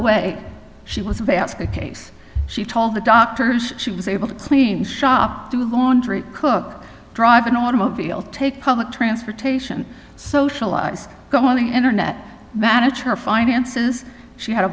way she was a basket case she told the doctors she was able to clean shop do laundry cook drive an automobile take public transportation socialize good morning internet manage her finances she had a